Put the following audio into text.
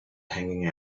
hanging